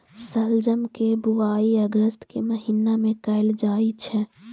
शलजम के बुआइ अगस्त के महीना मे कैल जाइ छै